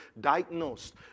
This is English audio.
diagnosed